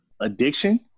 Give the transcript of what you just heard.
addiction